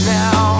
now